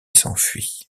s’enfuit